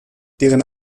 deren